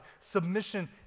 Submission